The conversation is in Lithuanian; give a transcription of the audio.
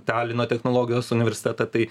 talino technologijos universitetą tai